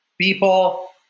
people